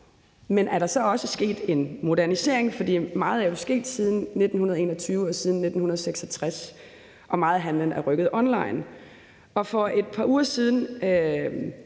Der er jo sket en modernisering, for meget er sket siden 1921 og siden 1966, og meget af handlen er rykket online. For et par uger siden